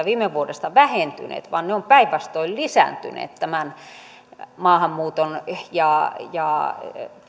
viime vuodesta vähentyneet vaan ne ovat päinvastoin lisääntyneet maahanmuuton ja ja